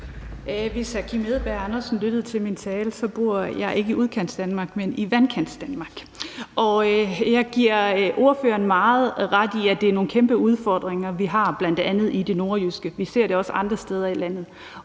Hvis hr. Kim Edberg Andersen lyttede til min tale, kunne han høre, at jeg ikke bor i Udkantsdanmark, men i Vandkantsdanmark. Jeg giver ordføreren meget ret i, at det er nogle kæmpe udfordringer, vi har, bl.a. i det nordjyske. Vi ser det også andre steder i landet.